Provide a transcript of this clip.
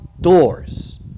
doors